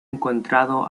encontrado